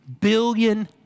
billion